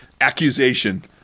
accusation